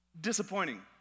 disappointing